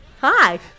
Hi